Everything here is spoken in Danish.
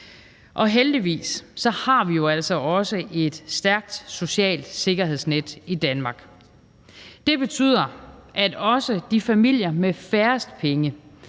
Og heldigvis har vi jo altså også et stærkt socialt sikkerhedsnet i Danmark. Det betyder, at også de familier med færrest penge